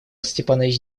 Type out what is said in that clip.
степанович